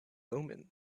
omen